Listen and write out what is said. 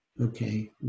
Okay